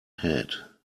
head